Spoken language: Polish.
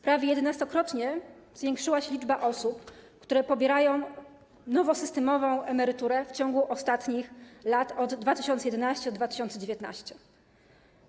Prawie jedenastokrotnie zwiększyła się liczba osób, które pobierają nowosystemową emeryturę, w ciągu ostatnich lat, od 2011 r. do 2019 r.